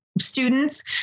students